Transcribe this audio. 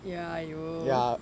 ya !aiyo!